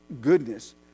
goodness